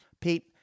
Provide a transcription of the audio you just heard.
Pete